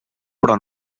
però